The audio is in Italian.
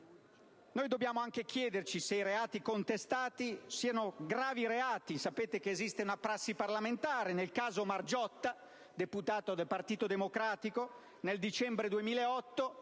Dobbiamo anche chiederci se i reati contestati siano gravi. Sapete che esiste una prassi parlamentare al riguardo. Per il caso Margiotta, deputato del Partito Democratico, nel dicembre 2008